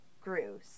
grew